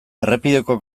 errepideko